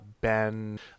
Ben